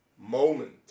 moment